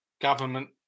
government